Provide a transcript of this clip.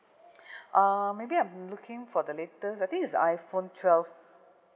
um maybe I'm looking for the latest I think it's iPhone twelve